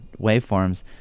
waveforms